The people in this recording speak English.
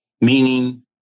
meaning